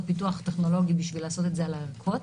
פיתוח טכנולוגי כדי לעשות את זה על הערכות.